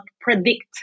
predict